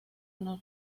honor